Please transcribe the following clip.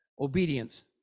obedience